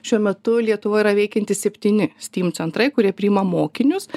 šiuo metu lietuvoj yra veikiantis septyni steam centrai kurie priima mokinius